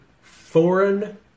foreign